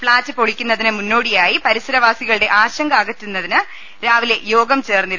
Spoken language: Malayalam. ഫ്ളാറ്റ് പൊളിക്കുന്നതിന് മുന്നോടിയായി പരി സരവാസികളുടെ ആശങ്ക അകറ്റുന്നതിന് രാവിലെ യോഗം ചേർന്നു